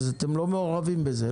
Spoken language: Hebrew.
אתם לא מעורבים בזה?